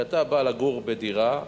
כשאתה בא לגור בדירה,